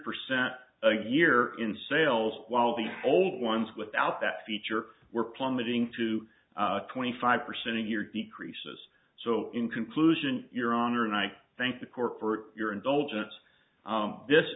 percent a year in sales while the old ones without that feature were plummeting to twenty five percent a year decreases so in conclusion your honor and i thank the court for your indulgence this